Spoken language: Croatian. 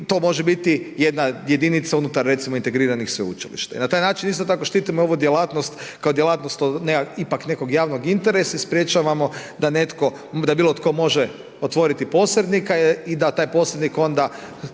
to može biti jedna jedinica unutar recimo integriranih sveučilišta. I na taj način isto tako štitimo ovu djelatnost kao djelatnost ipak nekog javnog interesa i sprječavamo da netko, da bilo tko može otvoriti posrednika i da da taj posrednik onda